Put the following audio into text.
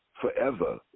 forever